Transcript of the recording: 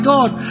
God